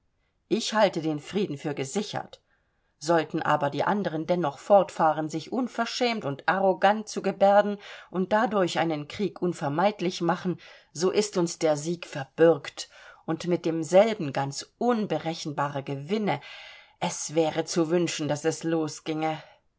ich halte den frieden für gesichert sollten aber die anderen dennoch fortfahren sich unverschämt und arrogant zu gebärden und dadurch einen krieg unvermeidlich machen so ist uns der sieg verbürgt und mit demselben ganz unberechenbare gewinne es wäre zu wünschen daß es losginge